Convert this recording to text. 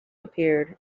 appeared